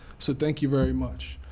so thank you very much.